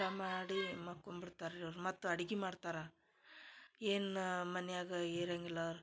ಊಟ ಮಾಡಿ ಮಕ್ಕೊಂಬಿಡ್ತಾರ ರೀ ಅವ್ರ ಮತ್ತು ಅಡಿಗೆ ಮಾಡ್ತಾರೆ ಏನ್ನ ಮನೆಯಾಗ ಇರಂಗಿಲ್ಲ ಅವ್ರ